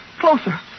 Closer